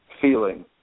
feeling